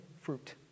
fruit